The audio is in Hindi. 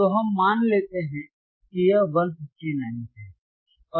तो हम मान लेते हैं कि यह 159 है